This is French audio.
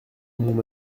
mon